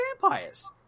vampires